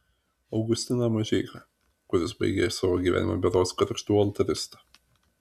augustiną mažeiką kuris baigė savo gyvenimą berods gargždų altarista